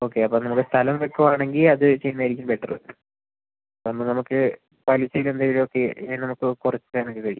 okay അപ്പം നമുക്ക് സ്ഥലം വെക്കുവാണെങ്കിൽ അത് ചെയ്യുന്നതായിരിക്കും ബെറ്ററ് കാരണം നമുക്ക് പലിശയ്ക്ക് എന്തേലൊക്കെ ഈ നമുക്ക് കുറച്ച് തരാനും കഴിയും